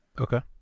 Okay